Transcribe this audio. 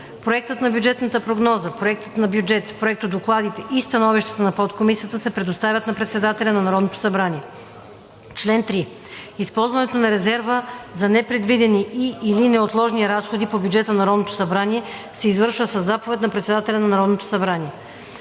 Проектът на бюджетната прогноза, проектът на бюджет, проектодокладите и становищата на подкомисията се предоставят на председателя на Народното събрание. Чл. 3. Използването на резерва за непредвидени и/или неотложни разходи по бюджета на Народното събрание се извършва със заповед на председателя на Народното събрание.